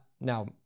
now